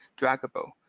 draggable